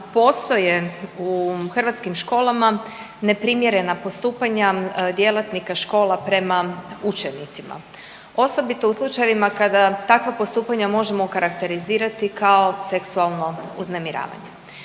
postoje u hrvatskim školama neprimjerena postupanja djelatnika škola prema učenicima osobito u slučajevima kada takva postupanja možemo okarakterizirati kao seksualno uznemiravanje.